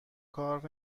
کار